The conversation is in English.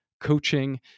coaching